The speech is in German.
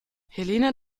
helene